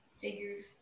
Figures